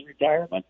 retirement